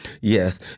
Yes